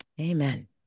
Amen